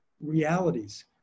Realities